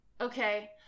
Okay